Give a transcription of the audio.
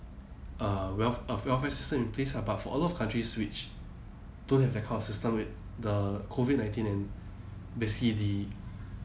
uh wealth uh welfare system in place ah but a lot of countries which don't have that kind of system with the COVID nineteen and basically the